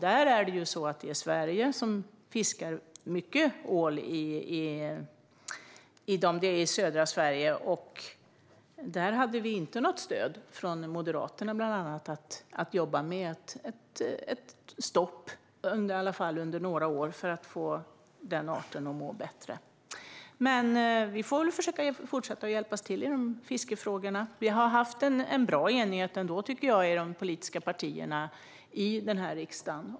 Det är vi i Sverige som fiskar mycket ål i södra Sverige. Där hade vi inte något stöd från Moderaterna. Det handlade bland annat om att jobba med ett stopp under i alla fall några år för att få den arten att må bättre. Men vi får väl försöka fortsätta att hjälpas åt i fiskefrågorna. Vi har haft en bra enighet, tycker jag, i de politiska partierna i riksdagen.